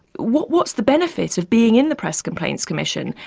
what's the benefit of being in the press complaints commission?